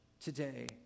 today